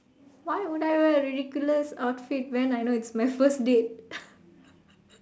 why would I wear a ridiculous outfit when I know it's my first date